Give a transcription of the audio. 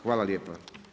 Hvala lijepo.